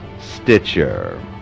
Stitcher